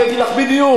אני אגיד לך בדיוק.